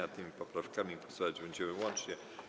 Nad tymi poprawkami głosować będziemy łącznie.